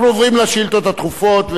אנחנו עוברים לשאילתות הדחופות.